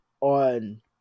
on